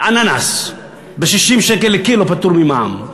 אננס ב-60 שקל לקילוגרם פטור ממע"מ,